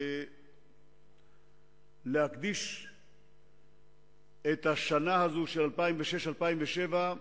להקדיש את השנים האלה, 2006 2007,